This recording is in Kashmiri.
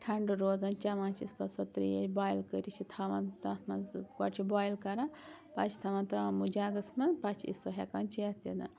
ٹھَنٛڈٕ روزان چٮ۪وان چھِ أسۍ پَتہٕ سۄ ترٛیش بوایِل کٔرِتھ چھِ تھاوان تَتھ مَنٛز گۄڈٕ چھِ بوایِل کَران پَتہٕ چھِ تھاوان ترٛامُو جَگَس منٛز پَتہٕ چھِ أسۍ سۄ ہٮ۪کان چٮ۪تھ تِمہٕ